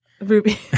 Ruby